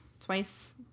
Twice